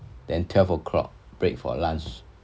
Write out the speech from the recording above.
then twelve o'clock break for lunch